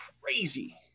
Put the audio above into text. crazy